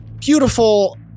beautiful